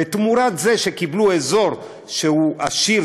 ותמורת זה שקיבלו אזור שהוא עשיר,